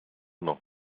noch